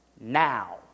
now